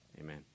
Amen